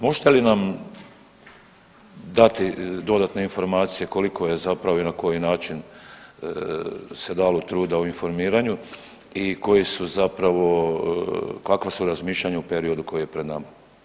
Možete li nam dati dodatne informacije koliko je zapravo i na koji način se dalo truda o informiranju i koji su zapravo, kakva su razmišljanja u periodu koji je pred nama?